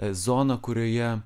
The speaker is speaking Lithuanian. zoną kurioje